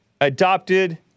adopted